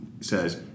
says